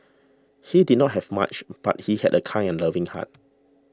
he did not have much but he had a kind and loving heart